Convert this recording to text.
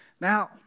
Now